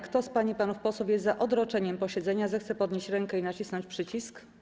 Kto z pań i panów posłów jest za odroczeniem posiedzenia, zechce podnieść rękę i nacisnąć przycisk.